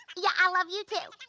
yeah i love you too.